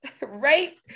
Right